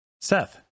Seth